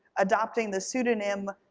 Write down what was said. adopting this pseudonym,